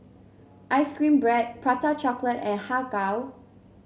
ice cream bread Prata Chocolate and Har Kow